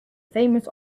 famous